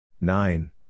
Nine